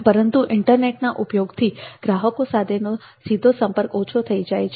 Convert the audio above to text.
પરંતુ ઈન્ટરનેટના ઉપયોગથી ગ્રાહકો સાથેનો સીધો સંપર્ક ઓછો થઈ જાય છે